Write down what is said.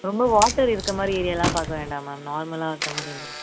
ரொம்ப வாட்டர் இருக்கற மாதிரி ஏரியாவெல்லாம் பார்க்கவேண்டாம் மேம் நார்மலாக இருக்க மாதிரி எதுவும்